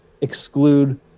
exclude